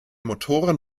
motoren